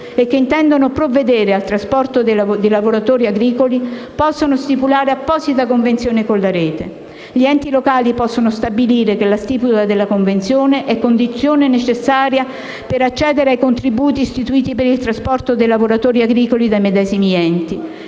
che intendono provvedere al trasporto di lavoratori agricoli possono stipulare apposita convenzione con la Rete. Gli enti locali possono stabilire che la stipula della convenzione è condizione necessaria per accedere ai contributi istituiti per il trasporto dei lavoratori agricoli dai medesimi enti.